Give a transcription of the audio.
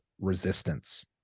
resistance